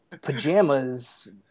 pajamas